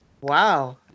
Wow